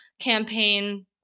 campaign